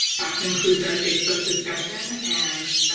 that concludes our facebook discussion, and,